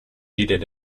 heated